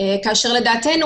לדעתנו,